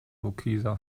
burkina